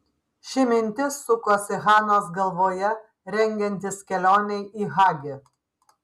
ši mintis sukosi hanos galvoje rengiantis kelionei į hagi